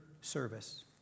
service